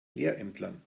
lehrämtlern